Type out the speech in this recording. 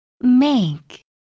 make